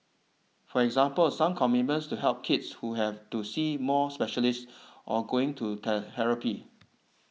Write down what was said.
for example some commitment to help the kids who have to see more specialists or going to therapy